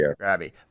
grabby